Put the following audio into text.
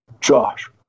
Josh